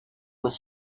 was